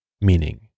meaning